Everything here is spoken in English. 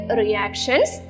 reactions